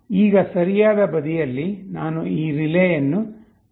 ಈಗ ಸರಿಯಾದ ಬದಿಯಲ್ಲಿ ನಾನು ಈ ರಿಲೇಯನ್ನು ಪ್ಲಗ್ ಮಾಡುತ್ತೇನೆ